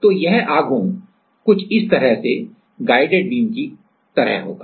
तो यह आघूर्ण कुछ इस तरह से गाइडेड बीम की तरह होगा